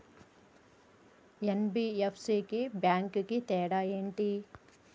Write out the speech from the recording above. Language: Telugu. ఎన్.బి.ఎఫ్.సి కి బ్యాంక్ కి తేడా ఏంటి?